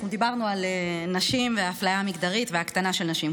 אנחנו דיברנו על נשים ואפליה מגדרית והקטנה של נשים,